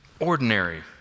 ordinary